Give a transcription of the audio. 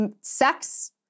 sex